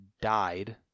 died